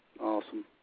Awesome